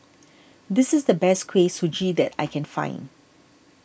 this is the best Kuih Suji that I can find